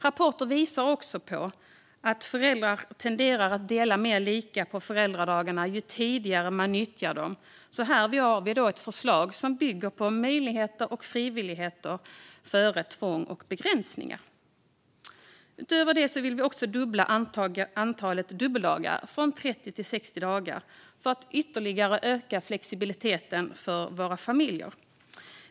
Rapporter visar också att föräldrar tenderar att dela mer lika på föräldradagarna ju tidigare de nyttjar dem. Här har vi ett förslag som bygger på möjlighet och frivillighet snarare än tvång och begränsningar. Utöver detta vill vi dubbla antalet dubbeldagar, från 30 till 60 dagar, för att ytterligare öka flexibiliteten för våra familjer.